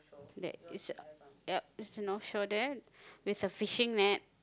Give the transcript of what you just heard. that is yep is a North Shore there with a fishing net